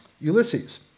Ulysses